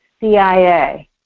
CIA